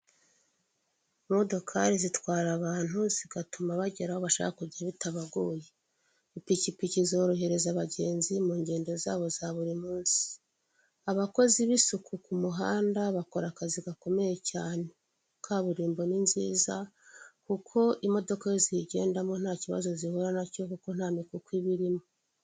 Imodokari zitwara abantu zigatuma bagera aho bashaka kujya bitabagoye. Ipikipiki zorohereza abagenzi mu ngendo zabo za buri munsi. Abakozi b'isuku ku muhanda bakora akazi gakomeye cyane. Kaburimbo ni nziza, kuko imodoka iyo ziyigendamo nta kibazo zihura nacyo kuko nta mikuku iba irimo.